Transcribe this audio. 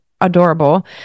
adorable